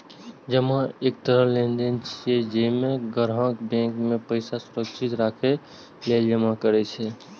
जमा एक तरह लेनदेन छियै, जइमे ग्राहक बैंक मे पैसा सुरक्षित राखै लेल जमा करै छै